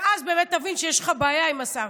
ואז באמת תבין שיש לך בעיה עם השר.